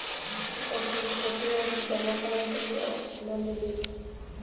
जब हम छोटी अवधि जमा करम त ब्याज केतना मिली?